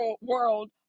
world